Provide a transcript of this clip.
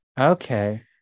Okay